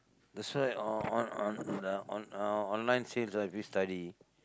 that's why on on the on~ uh online sales right if you study